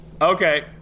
Okay